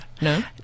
no